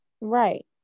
right